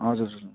हजुर